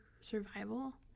survival